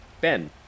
Ben